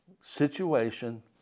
situation